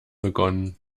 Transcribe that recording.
begonnen